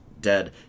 dead